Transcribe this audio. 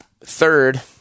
third